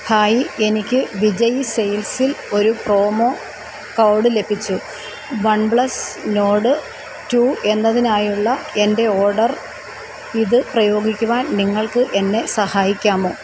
hi എനിക്ക് വിജയ് സെയിൽസിൽ ഒരു പ്രോമോ കോഡ് ലഭിച്ചു വൺപ്ലസ് നോഡ് റ്റു എന്നതിനായുള്ള എൻ്റെ ഓർഡർ ഇത് പ്രയോഗിക്കുവാൻ നിങ്ങൾക്ക് എന്നെ സഹായിക്കാമോ